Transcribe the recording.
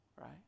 Right